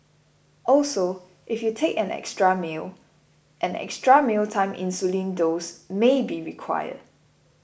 also if you take an extra meal an extra mealtime insulin dose may be required